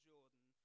Jordan